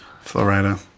Florida